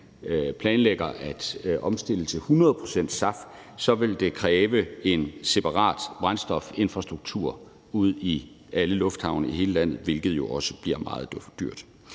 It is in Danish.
planlægger at omstille til 100 pct. SAF, så vil det kræve en separat brændstofinfrastruktur ude i alle lufthavne i hele landet, hvilket jo også bliver meget dyrt.